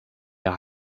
der